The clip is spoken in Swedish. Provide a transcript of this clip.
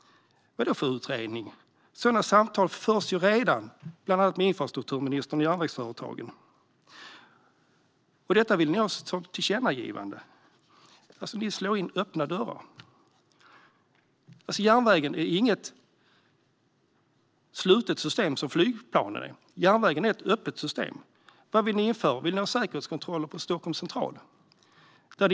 Vadå för utredning? Sådana samtal förs ju redan, bland annat med infrastrukturministern och järnvägsföretagen. Och detta vill ni ha som tillkännagivande! Ni slår in öppna dörrar. Järnvägen är inget slutet system som flygplanen. Järnvägen är ett öppet system. Vad vill ni införa - vill ni ha säkerhetskontroller på Stockholms central?